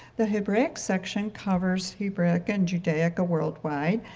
the hebraic section covers hebraic and judaic a worldwide.